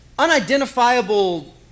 unidentifiable